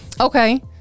Okay